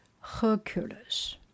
Hercules